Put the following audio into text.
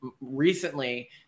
recently